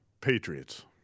Patriots